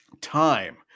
time